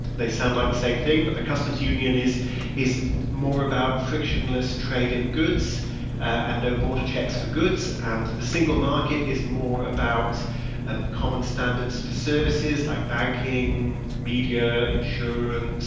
they sound like the same thing, but the customs union is is more about frictionless trade in goods and no border checks for goods. and the single market is more about and common standards for services like banking, media, insurance and